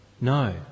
No